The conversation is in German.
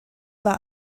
war